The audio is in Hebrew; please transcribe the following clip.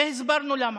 והסברנו למה.